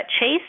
Chase